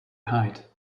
height